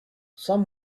some